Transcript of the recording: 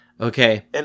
okay